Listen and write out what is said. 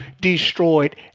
destroyed